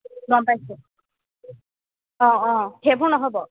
গম পাইছোঁ অঁ অঁ সেইবোৰ নহ'ব